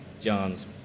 John's